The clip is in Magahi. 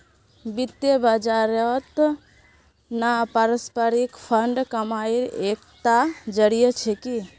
वित्त बाजारेर त न पारस्परिक फंड कमाईर एकता जरिया छिके